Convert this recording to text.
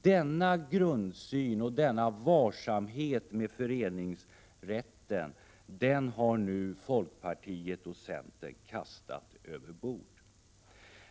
Denna grundsyn och denna varsamhet med föreningsrätten har nu folkpartiet och centern kastat över bord.